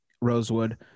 Rosewood